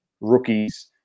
Rookies